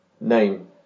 name